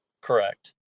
Correct